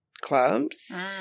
clubs